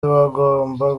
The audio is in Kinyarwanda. bagomba